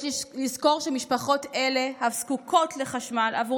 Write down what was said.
יש לזכור שמשפחות אלה אף זקוקות לחשמל עבור